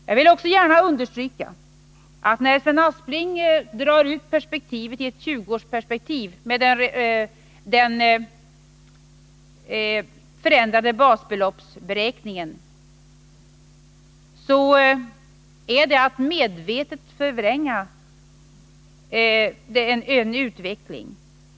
Jag vill också gärna understryka att när Sven Aspling drar ut perspektivet till ett 20-årsperspektiv med den förändrade basbeloppsberäkningen, så är det att medvetet förvränga en utveckling.